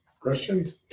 questions